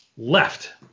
left